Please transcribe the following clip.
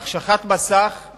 החשכת מסך היא